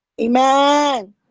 Amen